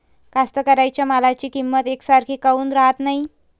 कास्तकाराइच्या मालाची किंमत यकसारखी काऊन राहत नाई?